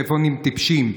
"טלפונים טיפשים".